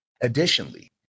Additionally